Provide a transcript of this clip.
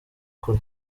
kure